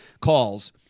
calls